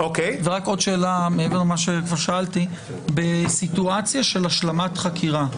רק עוד שאלה מעבר למה שכבר שאלתי: בסיטואציה של השלמת חקירה,